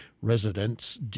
residents